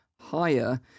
higher